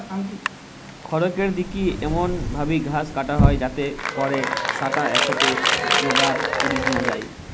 খড়রেক দিকি এমন ভাবি ঘাস কাটা হয় যাতে পরে স্যাটা একসাথে জোগাড় করি নিয়া যায়